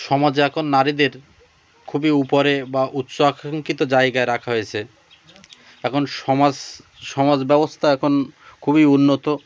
সমাজে এখন নারীদের খুবই উপরে বা উৎস আকাঙ্খিত জায়গায় রাখা হয়েছে এখন সমাজ সমাজ ব্যবস্থা এখন খুবই উন্নত